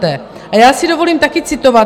A já si dovolím také citovat.